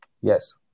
Yes